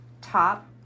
top